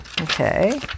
Okay